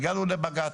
הגענו לבג"ץ,